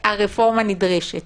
שהרפורמה נדרשת.